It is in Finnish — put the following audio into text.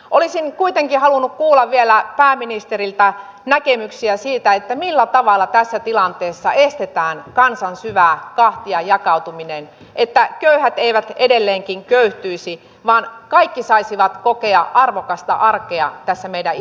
olisin kuitenkin halunnut kuulla vielä pääministeriltä näkemyksiä siitä millä tavalla tässä tilanteessa estetään kansan syvä kahtiajakautuminen että köyhät eivät edelleenkin köyhtyisi vaan kaikki saisivat kokea arvokasta arkea tässä meidän isänmaassamme